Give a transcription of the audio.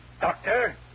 Doctor